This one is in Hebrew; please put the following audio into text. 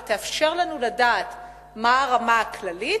ותאפשר לנו לדעת מה הרמה הכללית,